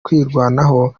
kwirwanaho